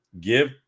give